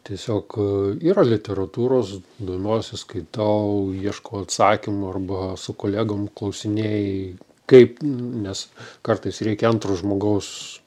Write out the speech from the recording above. tiesiog yra literatūros domiuosi skaitau ieškau atsakymų arba su kolegom klausinėji kaip nes kartais reikia antro žmogaus